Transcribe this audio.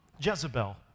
Jezebel